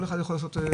כל אחד יכול לעשות,